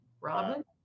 Robin